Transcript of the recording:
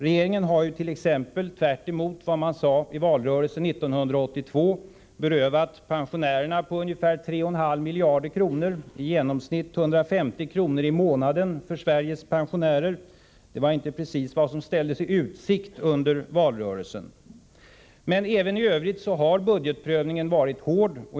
Regeringen har ju t.ex., tvärtemot vad man sade i valrörelsen 1982, berövat pensionärerna ungefär 3,5 miljarder, i genomsnitt 150 kr. i månaden för Sveriges pensionärer. Det var inte precis vad som ställdes i utsikt under valrörelsen. Även i övrigt har budgetprövningen varit hård.